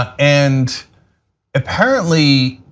and apparently,